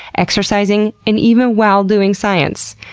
exercising, and even while doing science.